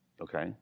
Okay